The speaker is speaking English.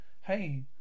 hey